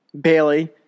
Bailey